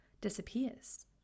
disappears